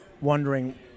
wondering